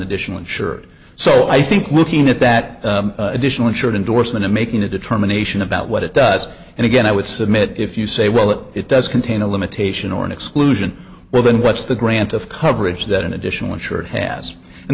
additional insured so i think looking at that additional insured indorsement and making a determination about what it does and again i would submit if you say well if it does contain a limitation or an exclusion well then what's the grant of coverage that an additional insured